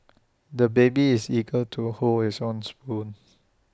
the baby is eager to hold his own spoon